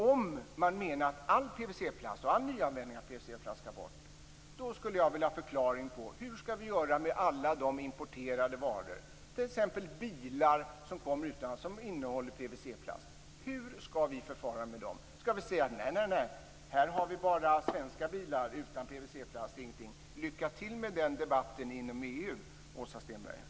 Om man menar att all PVC-plast och all nyanvändning av PVC-plast skall bort, skulle jag vilja ha en förklaring på hur vi skall göra med alla de importerade varor, t.ex. bilar, som kommer från utlandet och som innehåller PVC-plast. Hur skall vi förfara med dem? Skall vi säga: Nej, nej, här har vi bara svenska bilar utan PVC-plast. Lycka till med den debatten inom EU, Åsa Stenberg!